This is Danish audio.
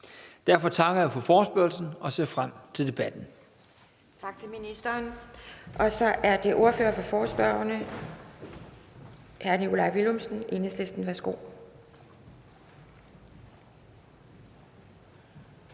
Derfor takker jeg for forespørgslen og ser frem til debatten.